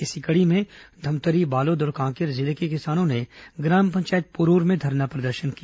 इसी कड़ी में धमतरी बालोद और कांकेर जिले के किसानों ने ग्राम पंचायत पुरूर में धरना प्रदर्शन किया